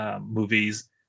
movies